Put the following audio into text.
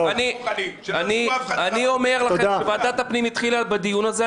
אני אומר לכם שוועדת הפנים התחילה בדיון הזה,